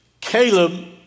Caleb